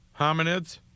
Hominids